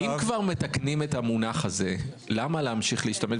אם כבר מתקנים את המונח הזה, למה להמשיך להשתמש?